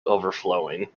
overflowing